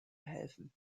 helfen